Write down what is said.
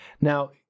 Now